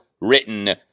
written